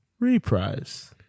Reprise